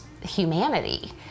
humanity